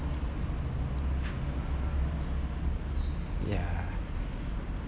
ya